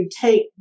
take